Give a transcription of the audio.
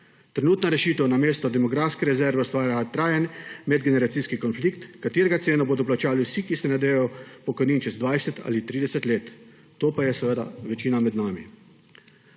Trenutna rešitev namesto demografske rezerve ustvarja trajen medgeneracijski konflikt, katerega ceno bodo plačali vsi, ki se nadejajo pokojnin čez 20 ali 30 let. To pa je seveda večina med nami.